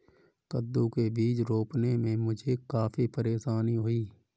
कद्दू के बीज रोपने में मुझे काफी परेशानी हुई